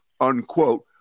unquote